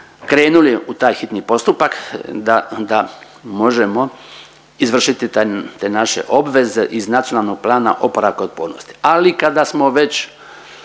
krenuli u taj hitni postupak da možemo izvršiti te naše obveze iz NPOO-a. Ali kada smo već